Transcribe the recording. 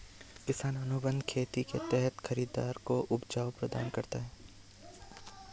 किसान अनुबंध खेती के तहत खरीदार को उपज प्रदान करता है